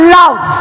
love